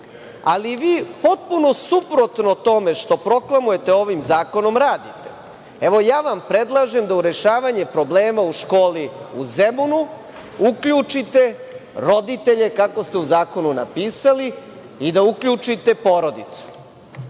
ali vi potpuno suprotno tome što proklamujete ovim zakonom radite. Predlažem vam da u rešavanje problema u školi u Zemunu uključite roditelje, kako ste u zakonu napisali, i da uključite porodicu.